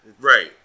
Right